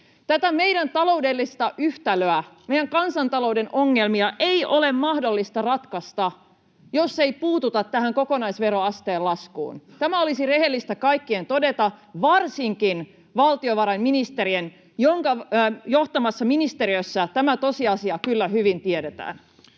Tätä meidän taloudellista yhtälöä, meidän kansantalouden ongelmia, ei ole mahdollista ratkaista, jos ei puututa tähän kokonaisveroasteen laskuun. Tämä olisi rehellistä kaikkien todeta, varsinkin valtiovarainministerin, jonka johtamassa ministeriössä tämä tosiasia kyllä hyvin [Puhemies